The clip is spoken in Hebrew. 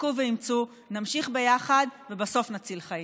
חזקו ואמצו, נמשיך ביחד ובסוף נציל חיים.